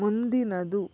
ಮುಂದಿನದು